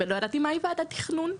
לא ידעתי מה היא ועדת התכנון.